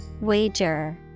Wager